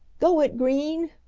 go it, green!